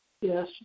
Yes